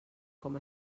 com